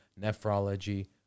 nephrology